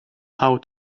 how